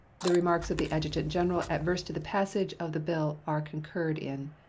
the remarks of the adjutant-general adverse to the passage of the bill are concurred in.